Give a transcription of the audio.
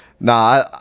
Nah